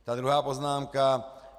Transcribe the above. Ta druhá poznámka.